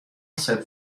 set